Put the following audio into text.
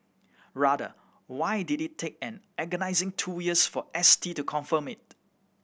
rather why did it take an agonising two years for S T to confirm it